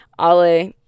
ale